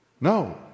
No